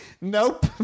nope